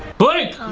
blink!